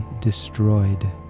destroyed